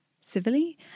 civilly